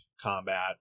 combat